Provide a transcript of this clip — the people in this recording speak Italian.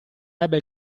ebbe